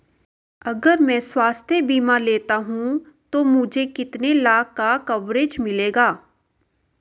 अगर मैं स्वास्थ्य बीमा लेता हूं तो मुझे कितने लाख का कवरेज मिलेगा?